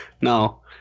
No